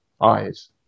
eyes